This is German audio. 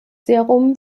serum